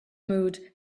mood